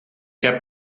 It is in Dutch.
heb